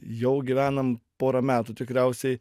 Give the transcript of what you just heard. jau gyvenam porą metų tikriausiai